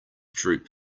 droop